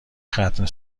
ختنه